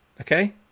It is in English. Okay